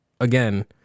again